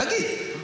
תגיד, אתה,